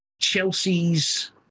Chelsea's